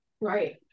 Right